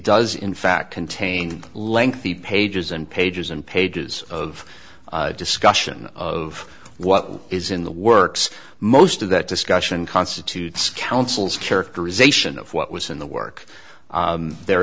does in fact contain lengthy pages and pages and pages of discussion of what is in the works most of that discussion constitutes counsel's characterization of what was in the work there